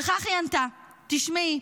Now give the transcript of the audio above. וכך היא ענתה: תשמעי,